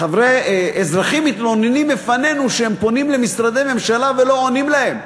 אזרחים מתלוננים בפנינו שהם פונים למשרדי ממשלה ולא עונים להם.